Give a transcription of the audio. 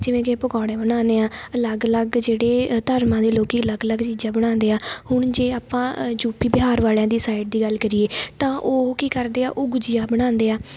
ਜਿਵੇਂ ਕਿ ਪਕੌੜੇ ਬਣਾਉਂਦੇ ਹਾਂ ਅਲੱਗ ਅਲੱਗ ਜਿਹੜੇ ਧਰਮਾਂ ਦੇ ਲੋਕ ਅਲੱਗ ਅਲੱਗ ਚੀਜ਼ਾਂ ਬਣਾਉਂਦੇ ਹਾਂ ਹੁਣ ਜੇ ਆਪਾਂ ਯੂਪੀ ਬਿਹਾਰ ਵਾਲਿਆਂ ਦੀ ਸਾਈਡ ਦੀ ਗੱਲ ਕਰੀਏ ਤਾਂ ਉਹ ਕੀ ਕਰਦੇ ਆ ਉਹ ਗੁਜੀਆ ਬਣਾਉਂਦੇ ਹਾਂ